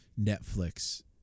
Netflix